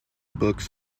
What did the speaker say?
books